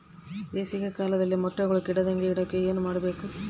ಬೇಸಿಗೆ ಕಾಲದಲ್ಲಿ ಮೊಟ್ಟೆಗಳು ಕೆಡದಂಗೆ ಇರೋಕೆ ಏನು ಮಾಡಬೇಕು?